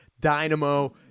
Dynamo